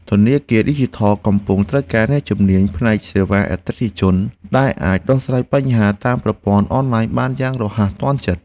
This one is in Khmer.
ធនាគារឌីជីថលកំពុងត្រូវការអ្នកជំនាញផ្នែកសេវាអតិថិជនដែលអាចដោះស្រាយបញ្ហាតាមប្រព័ន្ធអនឡាញបានយ៉ាងរហ័សទាន់ចិត្ត។